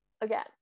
again